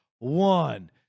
One